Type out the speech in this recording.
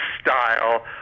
style